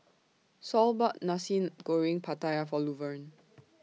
Saul bought Nasi Goreng Pattaya For Luverne